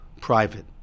private